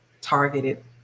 targeted